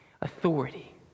Authority